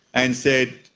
and said,